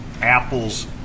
Apple's